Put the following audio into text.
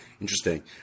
interesting